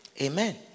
Amen